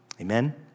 Amen